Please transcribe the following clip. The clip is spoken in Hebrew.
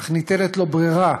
אך ניתנת לו ברירה,